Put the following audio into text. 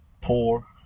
poor